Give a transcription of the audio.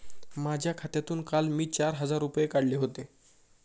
माझ्या खात्यातून काल मी चार हजार रुपये काढले होते